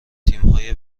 تیمهای